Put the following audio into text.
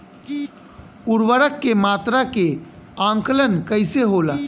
उर्वरक के मात्रा के आंकलन कईसे होला?